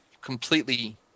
completely